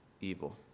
evil